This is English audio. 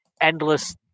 endless